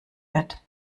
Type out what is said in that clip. wird